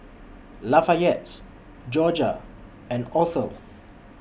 Lafayette Jorja and Othel